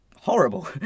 horrible